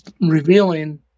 revealing